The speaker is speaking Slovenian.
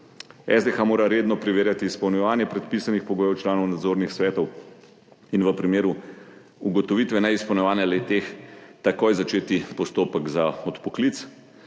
SDH mora redno preverjati izpolnjevanje predpisanih pogojev članov nadzornih svetov in v primeru ugotovitve neizpolnjevanja le-teh takoj začeti postopek za odpoklic;